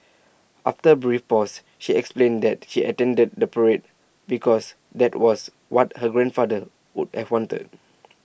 after A brief pause she explained that she attended the parade because that was what her grandfather would have wanted